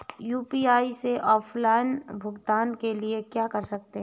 UPI से offline भुगतान के लिए क्या कर सकते हैं?